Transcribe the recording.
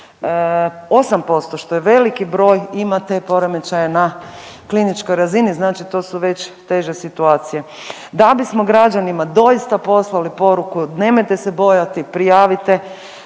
48% što je veliki broj imate poremećaje na kliničkoj razini znači to su već teže situacije. Da bismo građanima doista poslali poruku nemojte se bojati, prijavite,